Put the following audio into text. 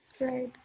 Right